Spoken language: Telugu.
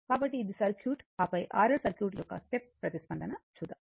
కాబట్టి ఇది సర్క్యూట్ ఆపై R L సర్క్యూట్ యొక్క స్టెప్ ప్రతిస్పందన చూద్దాము